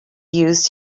used